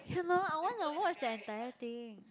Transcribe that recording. cannot I wanna watch the entire thing